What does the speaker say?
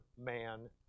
man